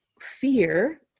fear